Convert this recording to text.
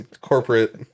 corporate